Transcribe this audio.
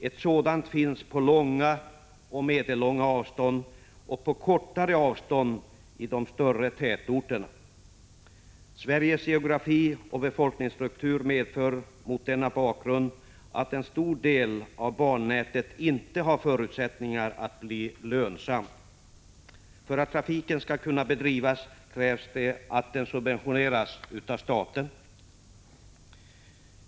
Ett sådant finns på långa och medellånga avstånd och på kortare avstånd i de större tätorterna. Sveriges geografi och befolkningsstruktur medför mot denna bakgrund att en stor del av bannätet inte har förutsättningar att bli lönsamt. För att trafiken skall kunna bedrivas krävs det att den subventioneras av staten.